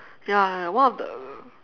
ya one of the